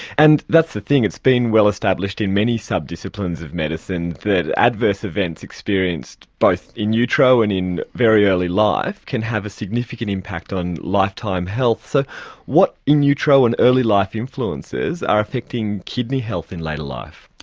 and that's the thing, it's been well established in many subdisciplines of medicine that adverse events experienced both in utero and in very early life can have a significant impact on lifetime health. so what in utero and early-life influences are affecting kidney health in later life?